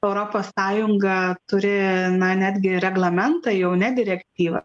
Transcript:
europos sąjunga turi na netgi reglamentą jau ne direktyvą